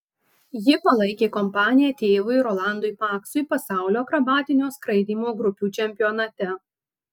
ji palaikė kompaniją tėvui rolandui paksui pasaulio akrobatinio skraidymo grupių čempionate